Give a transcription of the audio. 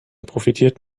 profitiert